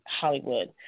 Hollywood